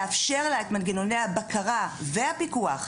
לאפשר לה את מנגנוני הבקרה והפיקוח,